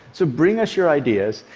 so bring us your ideas,